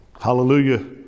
hallelujah